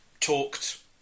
talked